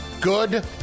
Good